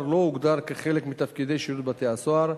לא הוגדר כחלק מתפקידי שירות בתי-הסוהר,